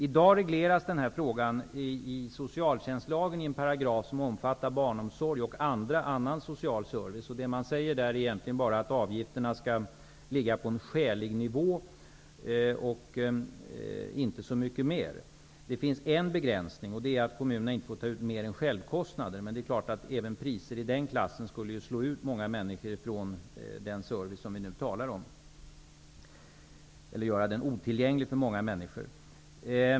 I dag regleras denna fråga i en paragraf i socialtjänstlagen, som omfattar barnomsorg och annan social service. Där sägs inte så mycket mer än att avgifterna skall ligga på en skälig nivå. Det finns emellertid en begränsning som innebär att kommunerna inte får ta ut mer än självkostnader. Men även avgifter i den prisklassen skulle göra denna service otillgänglig för många människor.